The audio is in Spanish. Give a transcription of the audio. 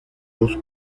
dos